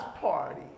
party